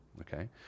Okay